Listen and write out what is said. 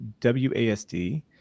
WASD